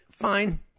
fine